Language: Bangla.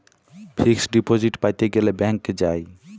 ফিক্সড ডিপজিট প্যাতে গ্যালে ব্যাংকে যায়